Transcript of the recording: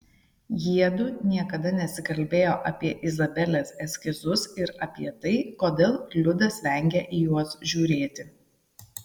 jiedu niekada nesikalbėjo apie izabelės eskizus ir apie tai kodėl liudas vengia į juos žiūrėti